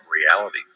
reality